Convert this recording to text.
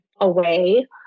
away